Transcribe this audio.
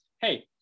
hey